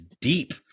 deep